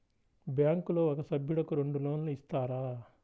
బ్యాంకులో ఒక సభ్యుడకు రెండు లోన్లు ఇస్తారా?